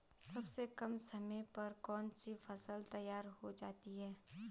सबसे कम समय में कौन सी फसल तैयार हो जाती है?